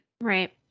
Right